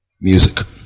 music